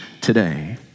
today